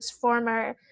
former